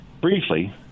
briefly